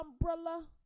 umbrella